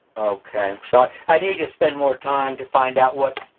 okay so i need to spend more time to find out what,